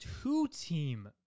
Two-team